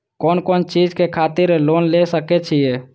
कोन कोन चीज के खातिर लोन ले सके छिए?